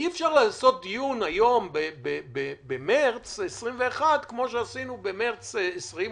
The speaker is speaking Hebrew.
אי-אפשר לקיים דיון במרס 2021 כמו שעשינו במרס 2020,